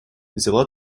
взяла